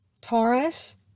Taurus